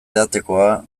edatekoa